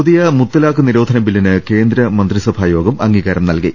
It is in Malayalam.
പുതിയ മുത്തലാഖ് നിരോധന ബില്ലിന് കേന്ദ്രമന്ത്രിസഭായോഗം അംഗീകാരം നൽകി